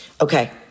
okay